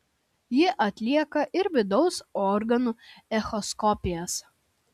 ji atlieka ir vidaus organų echoskopijas